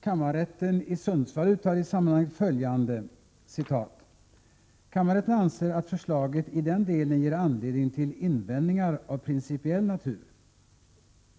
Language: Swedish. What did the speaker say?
Kammarrätten i Sundsvall uttalar i sammanhanget följande: ”Kammarrätten anser att förslaget i den delen ger anledning till invändningar av principiell natur.